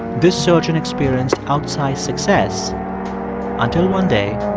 this surgeon experienced outsized success until one day,